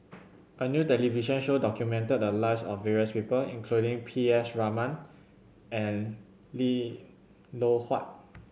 a new television show documented the lives of various people including P S Raman and Lim Loh Huat